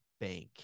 bank